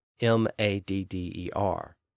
M-A-D-D-E-R